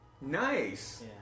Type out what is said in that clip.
Nice